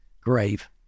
grave